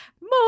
more